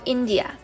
India 。